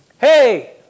Hey